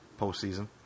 postseason